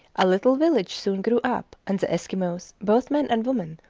a little village soon grew up, and the eskimos, both men and women,